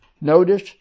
Notice